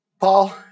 Paul